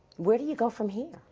where do you go from here?